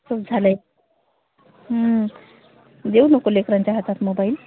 खूप झालेय हम्म देऊ नको लेकरांच्या हातात मोबाईल